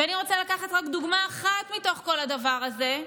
ואני רוצה לקחת רק דוגמה אחת מתוך כל הדבר הזה,